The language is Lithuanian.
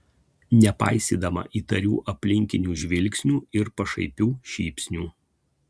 nepaisydama įtarių aplinkinių žvilgsnių ir pašaipių šypsnių